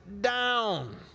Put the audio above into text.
down